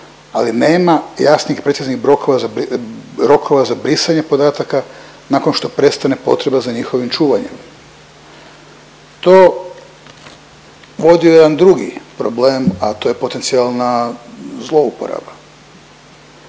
ali nema jasnih, preciznih rokova za, rokova za brisanje podataka nakon što prestane potreba za njihovim čuvanjem. To vodi u jedan drugi problem, a to je potencijalna zlouporaba,